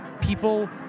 people